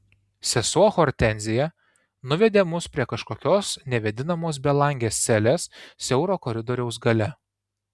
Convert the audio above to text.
sesuo hortenzija nuvedė mus prie kažkokios nevėdinamos belangės celės siauro koridoriaus gale